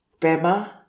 Pema